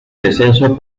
descenso